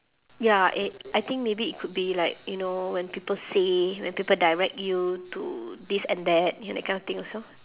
ya it I think maybe it could be like you know when people say when people direct you to this and that you know that kind of thing also